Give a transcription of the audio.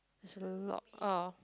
there's a lot oh